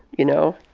you know?